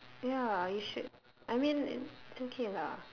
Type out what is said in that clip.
ya you should I mean it's okay lah